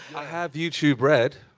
i have youtube red.